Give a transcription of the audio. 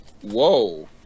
whoa